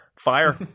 fire